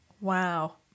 wow